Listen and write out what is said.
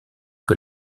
que